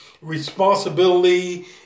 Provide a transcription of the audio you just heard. Responsibility